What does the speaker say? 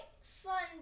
fun